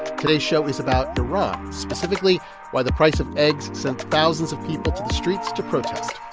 today's show is about iran, specifically why the price of eggs sent thousands of people to the streets to protest.